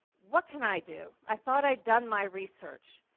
what can i do? i thought i'd done my research.